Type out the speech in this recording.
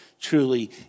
truly